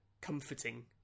comforting